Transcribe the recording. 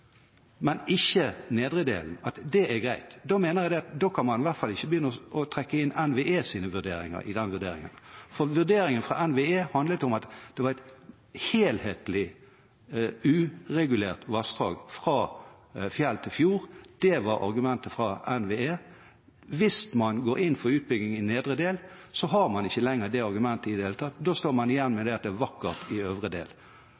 men ikke den nedre delen, at det er greit. Da mener jeg at man i hvert fall ikke kan begynne å trekke inn NVEs vurderinger i dette, for vurderingen fra NVE handler om et helhetlig, uregulert vassdrag fra fjell til fjord. Det var argumentet fra NVE. Hvis man går inn for utbygging i nedre del, har man ikke lenger det argumentet i det hele tatt. Da står man igjen med at det er vakkert i den øvre